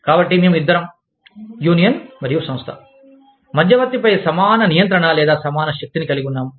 కాబట్టి మేము ఇద్దరం యూనియన్ మరియు సంస్థ మధ్యవర్తిపై సమాన నియంత్రణ లేదా సమాన శక్తిని కలిగి ఉన్నాము